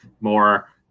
more